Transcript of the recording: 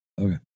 Okay